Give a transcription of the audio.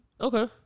Okay